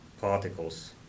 particles